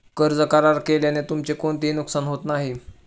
कर्ज करार केल्याने तुमचे कोणतेही नुकसान होत नाही